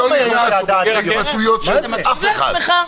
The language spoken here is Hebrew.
אני לא נכנס לדקויות של אף אחד.